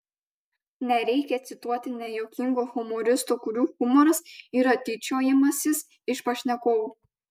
nereikia cituoti nejuokingų humoristų kurių humoras yra tyčiojimasis iš pašnekovų